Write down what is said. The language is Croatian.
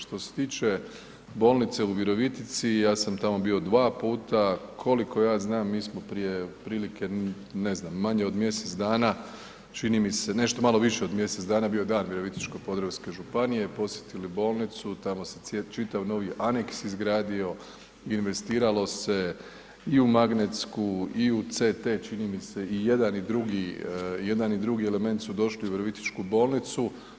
Što se tiče bolnice u Virovitici, ja sam tamo bio dva puta, koliko ja znam mi smo prije otprilike ne znam manje od mjesec dana čini mi se nešto malo više od mjesec dana bio je Dan Virovitičko-podravske županije posjetili bolnicu, tamo se čitav novi aneks izgradio, investiralo se i u magnetsku i u CT čini mi se i jedan i drugi element su došli u Virovitičku bolnicu.